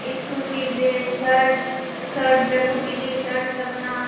school की dress shirt shirt लड़कों के लिए शर्ट रखना